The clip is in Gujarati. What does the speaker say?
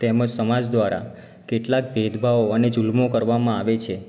તેમજ સમાજ દ્વારા કેટલાક ભેદભાવો અને જુલ્મો કરવામાં આવે છે